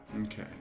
Okay